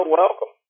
welcome